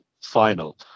final